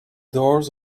doors